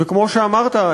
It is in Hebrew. וכמו שאמרת,